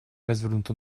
развернута